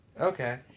Okay